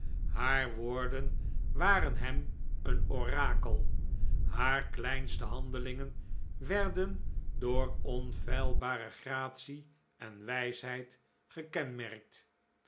haar woorden waren hem een orakel haar kleinste handelingen werden door onfeilbare gratie en wijsheid gekenmerkt